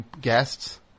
guests